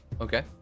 okay